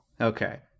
Okay